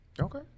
Okay